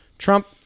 Trump